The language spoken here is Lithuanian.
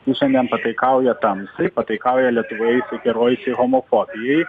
jis šiandien pataikauja tamsai pataikauja lietuvoje įsikerojusiai homofobijai